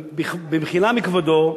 במחילה מכבודו,